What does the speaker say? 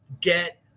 get